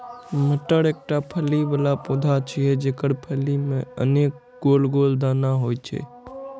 मटर एकटा फली बला पौधा छियै, जेकर फली मे अनेक गोल गोल दाना होइ छै